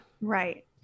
Right